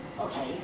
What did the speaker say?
Okay